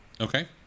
okay